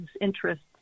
interests